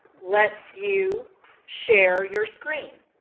lets you share your screen,